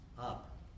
up